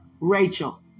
Rachel